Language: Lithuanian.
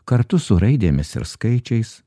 kartu su raidėmis ir skaičiais